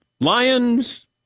Lions